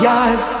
eyes